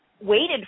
waited